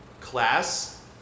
class